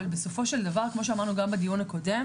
אבל בסופו של דבר כמו שאמרנו גם בדיון הקודם